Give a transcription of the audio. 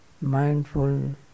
mindful